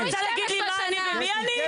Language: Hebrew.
את רוצה להגיד לי מה אני ומי אני?